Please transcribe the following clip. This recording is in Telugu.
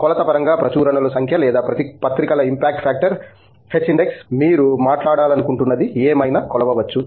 కొలత పరంగా ప్రచురణల సంఖ్య లేదా పత్రికల ఇంపాక్ట్ ఫాక్టర్ హెచ్ ఇండెక్స్ మీరు మాట్లాడాలనుకుంటున్నది ఏమైనా కొలవవచ్చు